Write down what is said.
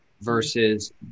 versus